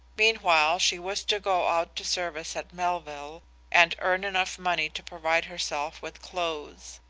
meanwhile she was to go out to service at melville and earn enough money to provide herself with clothes.